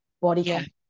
body